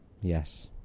Yes